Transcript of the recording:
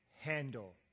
handle